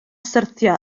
syrthio